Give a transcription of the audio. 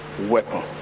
weapon